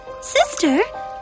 Sister